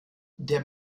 der